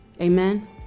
Amen